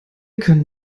können